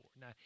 Now